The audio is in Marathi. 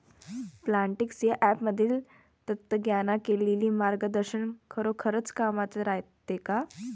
प्लॉन्टीक्स या ॲपमधील तज्ज्ञांनी केलेली मार्गदर्शन खरोखरीच कामाचं रायते का?